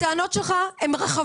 שהטענות שלך רחבות,